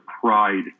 pride